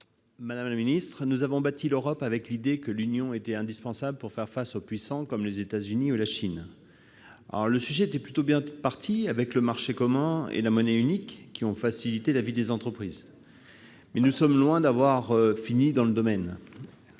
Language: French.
Segouin. Nous avons bâti l'Europe avec l'idée que l'union était indispensable pour faire face aux puissants que sont les États-Unis ou la Chine. C'était plutôt bien parti avec le marché commun et la monnaie unique, qui ont facilité la vie des entreprises. Mais, nous sommes loin d'en avoir fini. Chaque jour, en